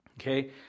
okay